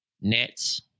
Nets